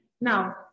Now